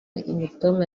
imitoma